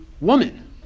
woman